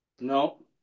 No